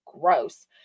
Gross